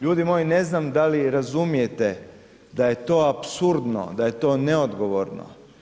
Ljudi moji, ne znam da li razumijete da je to apsurdno, da je to neodgovorno.